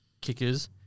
kickers